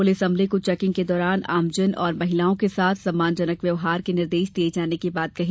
police अमले को checking के दौरान आमजन औरं महिलाओं के साथ सम्मानजनक व्यवहार के निर्देश दिये जाने की बात कही